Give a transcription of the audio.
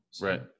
Right